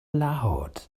loud